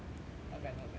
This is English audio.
not bad not bad she